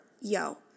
yo